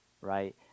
right